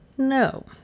No